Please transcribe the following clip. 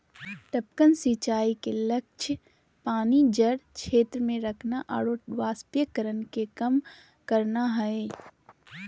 टपकन सिंचाई के लक्ष्य पानी जड़ क्षेत्र में रखना आरो वाष्पीकरण के कम करना हइ